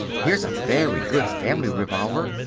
here is a very good family revolver,